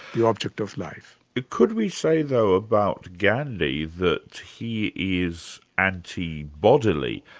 the object of life. could we say though about gandhi that he is anti-bodily?